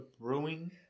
brewing